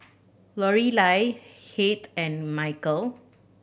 Lorelei Heath and Michal